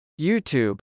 YouTube